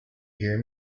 hear